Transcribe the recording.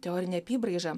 teorinė apybraiža